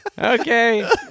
Okay